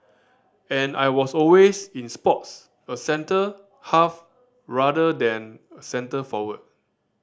and I was always in sports a centre half rather than centre forward